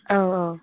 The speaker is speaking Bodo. औ औ